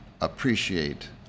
appreciate